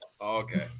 Okay